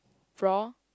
raw